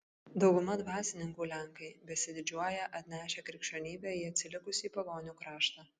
dauguma dvasininkų lenkai besididžiuoją atnešę krikščionybę į atsilikusį pagonių kraštą